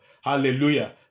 Hallelujah